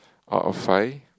out of five